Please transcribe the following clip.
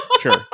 Sure